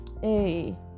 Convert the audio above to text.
Hey